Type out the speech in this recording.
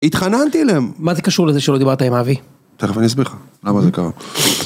התחננתי אליהם. מה זה קשור לזה שלא דיברת עם אבי? תכף אני אסביר לך למה זה קרה.